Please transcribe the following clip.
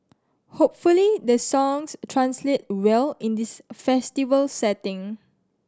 hopefully the songs translate well in this festival setting